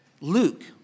Luke